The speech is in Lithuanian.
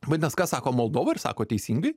vadinas ką sako moldova ir sako teisingai